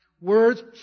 Words